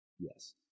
Yes